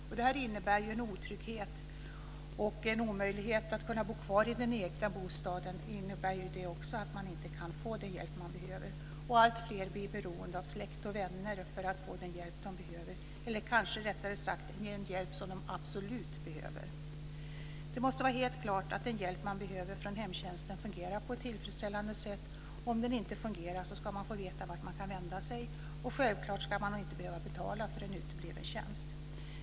Vad detta innebär av otrygghet och möjligheten att bo kvar i den egna bostaden är ju mycket klart. Alltfler blir beroende av släkt och vänner för att få den hjälp de behöver, eller kanske rättare sagt: den hjälp som de absolut behöver. Det måste vara helt klart att den hjälp som man behöver från hemtjänsten fungerar på ett tillfredsställande sätt, och om den inte fungerar måste man få veta vart man kan vända sig. Självfallet ska man inte behöva betala för en utebliven tjänst.